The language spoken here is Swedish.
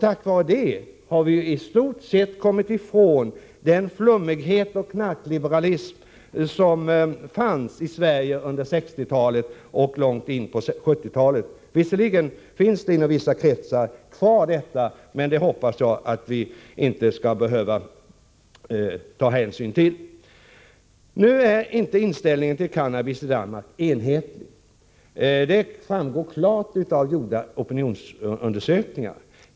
Tack vare det har vi istort sett kommit ifrån den flummighet och knarkliberalism som fanns i Sverige på 1960-talet och långt in på 1970-talet. Visserligen lever den kvar i vissa kretsar, men jag hoppas att vi inte skall behöva ta hänsyn till det. Nu är inte inställningen till cannabis enhetlig i Danmark. Det framgår klart av gjorda opinionsundersökningar.